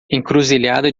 encruzilhada